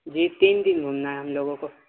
جی تین دن گھومنا ہے ہم لوگوں کو